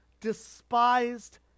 despised